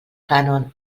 cànon